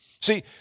See